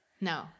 no